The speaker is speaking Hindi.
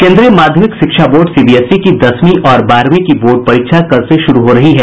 केन्द्रीय माध्यमिक शिक्षा बोर्ड सीबीएसई की दसवीं और बारहवीं की बोर्ड परीक्षा कल से शुरू हो रही है